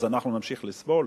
אז אנחנו נמשיך לסבול.